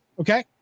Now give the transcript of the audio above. Okay